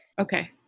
Okay